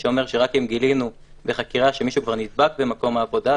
שאומר שרק אם גילינו בחקירה שמישהו כבר נדבק במקום העבודה,